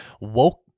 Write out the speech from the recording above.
woke